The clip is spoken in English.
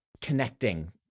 connecting